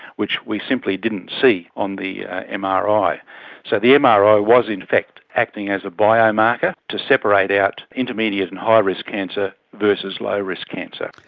which we simply didn't see on the um mri. ah so the yeah ah mri was in fact acting as a biomarker to separate out intermediate and high risk cancer versus low risk cancer.